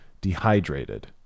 dehydrated